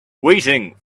waiting